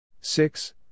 Six